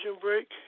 break